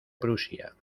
prusia